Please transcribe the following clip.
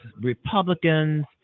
Republicans